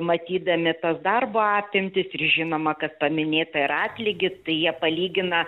matydami tas darbo apimtis ir žinoma kad paminėta ir atlygis tai jie palygina